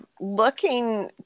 looking